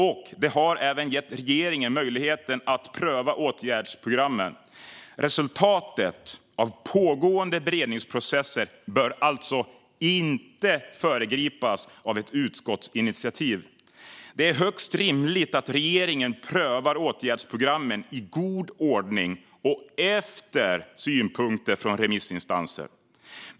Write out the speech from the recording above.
Regeringen har även haft möjlighet att pröva åtgärdsprogrammen. Resultatet av pågående beredningsprocesser bör alltså inte föregripas av ett utskottsinitiativ. Det är högst rimligt att regeringen prövar åtgärdsprogrammen i god ordning och efter synpunkter från remissinstanser.